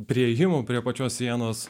priėjimu prie pačios sienos